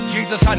Jesus